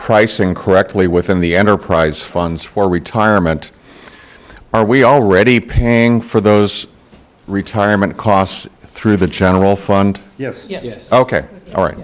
pricing correctly within the enterprise funds for retirement are we already paying for those retirement costs through the general fund yes yes ok all right